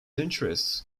interests